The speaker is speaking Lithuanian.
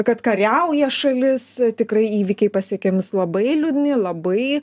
kad kariauja šalis tikrai įvykiai pasiekė mus labai liūdni labai